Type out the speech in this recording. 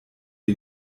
die